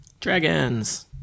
dragons